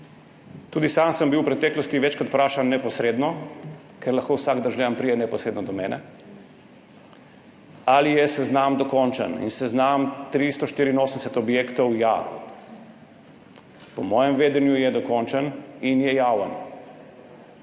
Tudi sam sem bil v preteklosti večkrat neposredno vprašan, ker lahko vsak državljan pride neposredno do mene, ali je seznam dokončen. Seznam 384 objektov ja, po mojem vedenju je dokončen in je javen.